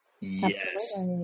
Yes